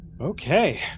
Okay